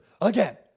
again